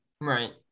Right